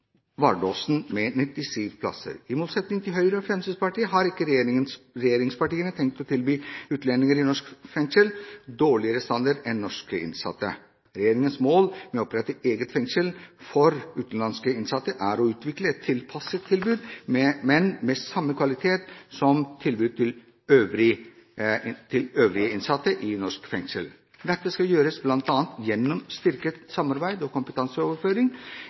Vardåsen, med 97 plasser. I motsetning til Høyre og Fremskrittspartiet har ikke regjeringspartiene tenkt å tilby utlendinger i norske fengsler dårligere standard enn norske innsatte. Regjeringens mål med å opprette eget fengsel for utenlandske innsatte er å utvikle et tilpasset tilbud, men med samme kvalitet som tilbudet til øvrige innsatte i norske fengsler. Dette skal gjøres bl.a. gjennom styrket samarbeid og kompetanseoverføring